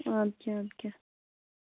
اَدٕ کیٛاہ اَدٕ کیٛاہ